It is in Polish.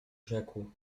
rzekł